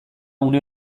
une